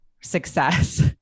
success